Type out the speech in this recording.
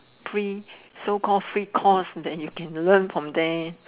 free so call free course that you can learn from there